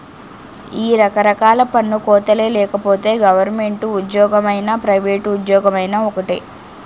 ఈ రకరకాల పన్ను కోతలే లేకపోతే గవరమెంటు ఉజ్జోగమైనా పైవేట్ ఉజ్జోగమైనా ఒక్కటే